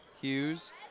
Hughes